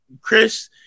Chris